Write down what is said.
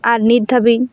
ᱟᱨ ᱱᱤᱛ ᱫᱷᱟᱹᱵᱤᱡ